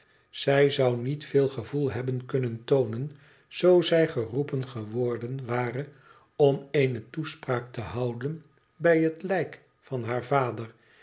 zij zou niet veel gevoel hebben kunnen toonen zoo zij geroepen geworden ware om eene toespraak te houden bij het lijk van haar vader